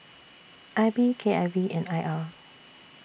I B K I V and I R